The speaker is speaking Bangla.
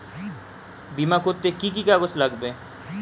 বিমা করতে কি কি কাগজ লাগবে?